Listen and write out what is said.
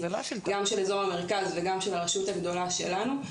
גם של אזור המרכז וגם של הרשות הגדולה שלנו,